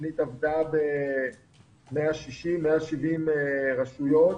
התוכנית עבדה ב-170-160 רשויות,